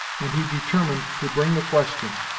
and he determined to bring the question,